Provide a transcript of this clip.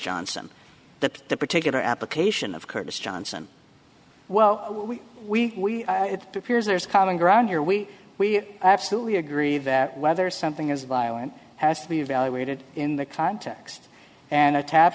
johnson that particular application of curtis johnson well we we do piers there's common ground here we we absolutely agree that whether something is violent has to be evaluated in the context and a tap